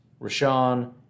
Rashawn